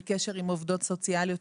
בקשר עם עובדות סוציאליות,